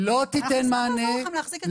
אנחנו נשמח לעזור לכם להחזיק את זה.